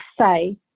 say